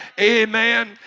amen